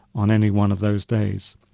on any one of those days.